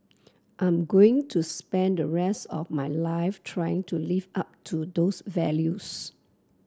I'm going to spend the rest of my life trying to live up to those values